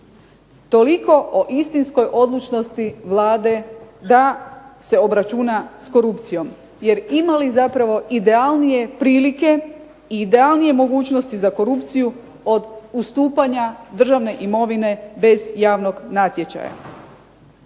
Toliko o istinskoj odlučnosti Vlade da se obračuna s korupcijom. Jer ima li zapravo idealnije prilike i idealnije mogućnosti za korupciju od ustupanja državne imovine bez javnog natječaja?